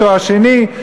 תואר שני.